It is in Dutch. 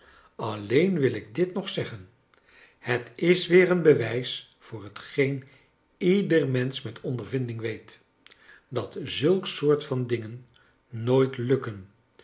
alleen wil ik dit nog zeggen het is weer een bewijs voor hetgeen ieder mensch met ondervinding weet dat zulk soort van dingen nooit lukken